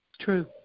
True